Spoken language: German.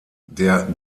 der